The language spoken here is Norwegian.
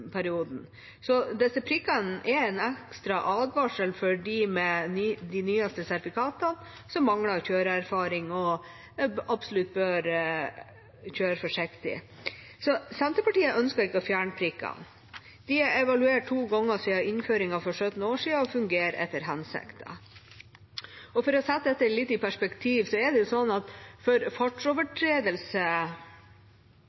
Disse prikkene er en ekstra advarsel for dem med de nyeste sertifikatene som mangler kjøreerfaring og absolutt bør kjøre forsiktig. Senterpartiet ønsker ikke å fjerne prikkene. De er evaluert to ganger siden innføringen for 17 år siden, og fungerer etter hensikten. For å sette dette litt i perspektiv er det slik for